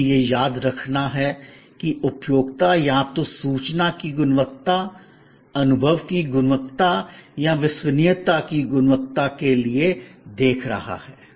हमेशा यह याद रखना कि उपभोक्ता या तो सूचना की गुणवत्ता अनुभव की गुणवत्ता या विश्वसनीयता की गुणवत्ता के लिए देख रहा है